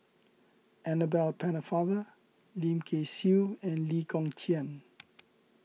Annabel Pennefather Lim Kay Siu and Lee Kong Chian